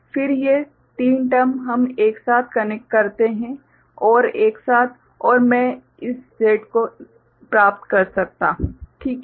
फिर ये तीन टर्म हम एक साथ कनेक्ट करते हैं OR एक साथ और मैं इस Z को प्राप्त कर सकता हूं ठीक है